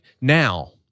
now